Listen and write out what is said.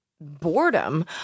boredom